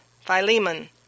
Philemon